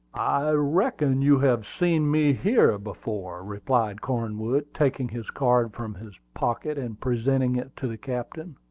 reckon you have seen me here before, replied cornwood, taking his card from his pocket and presenting it to the captain.